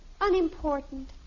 unimportant